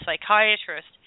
psychiatrist